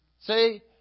See